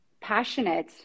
passionate